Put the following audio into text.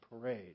parade